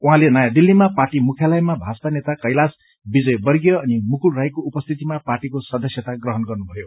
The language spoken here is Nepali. उहाँले नयाँ दिल्लीमा पार्टी मुख्यालयमा भाजपा नेता कैलाश विजयवर्गीय अनि मुकुल रायको उपस्थितिमा पार्टीको सदस्यता ग्रहण गर्नुभयो